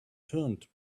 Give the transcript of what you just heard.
turnt